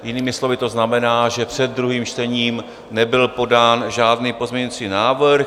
Jinými slovy to znamená, že před druhým čtením nebyl podán žádný pozměňující návrh.